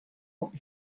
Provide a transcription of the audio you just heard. kommt